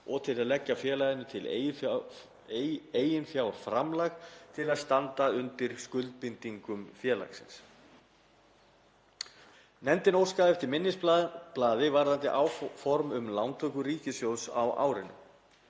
og til að leggja félaginu til eiginfjárframlag til að standa undir skuldbindingum félagsins. Nefndin óskaði eftir minnisblaði varðandi áform um lántöku ríkissjóðs á árinu.